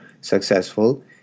successful